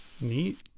Neat